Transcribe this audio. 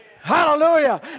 Hallelujah